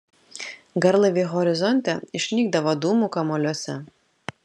garlaiviai horizonte išnykdavo dūmų kamuoliuose